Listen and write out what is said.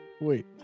Wait